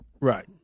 Right